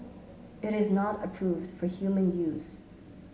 it is not approved for human use